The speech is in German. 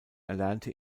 erlernte